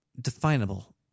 definable